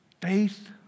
faith